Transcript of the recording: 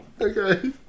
Okay